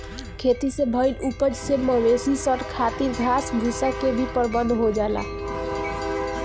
खेती से भईल उपज से मवेशी सन खातिर घास भूसा के भी प्रबंध हो जाला